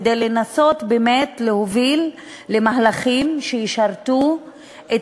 כדי לנסות באמת להוביל למהלכים שישרתו את